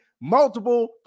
multiple